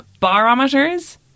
barometers